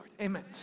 Amen